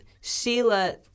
Sheila